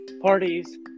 parties